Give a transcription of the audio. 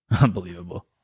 Unbelievable